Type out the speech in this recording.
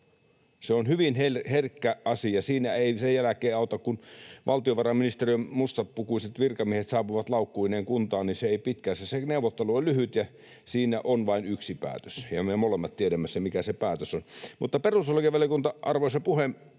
Se on hyvin herkkä asia. Siinä ei sen jälkeen mikään auta, kun valtiovarainministeriön mustapukuiset virkamiehet saapuvat laukkuineen kuntaan — se neuvottelu on lyhyt, ja siinä on vain yksi päätös, ja me molemmat tiedämme sen, mikä se päätös on. Mutta perustuslakivaliokunta, arvoisa puhemies,